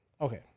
Okay